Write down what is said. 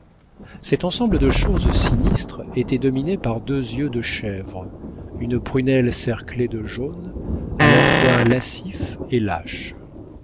cet ensemble de choses sinistre était dominé par deux yeux de chèvre une prunelle cerclée de jaune à la fois lascifs et lâches